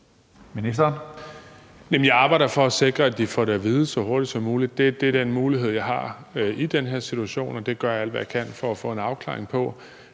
Jeg arbejder på at sikre, at de får det at vide så hurtigt som muligt. Det er den mulighed, jeg har i den her situation, og det gør jeg alt, hvad jeg kan, for at få en afklaring på.